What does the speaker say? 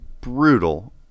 brutal